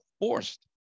forced